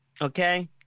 okay